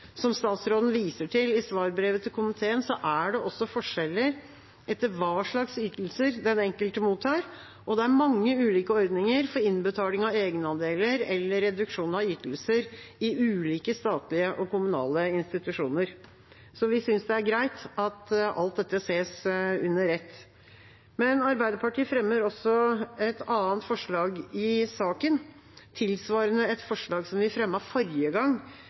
Som statsråden viser til i svarbrevet til komiteen, er det også forskjeller etter hva slags ytelser den enkelte mottar, og det er mange ulike ordninger for innbetaling av egenandeler eller reduksjon av ytelser i ulike statlige og kommunale institusjoner. Vi synes det er greit at alt dette ses under ett. Arbeiderpartiet fremmer også et annet forslag i saken, tilsvarende et forslag vi fremmet forrige gang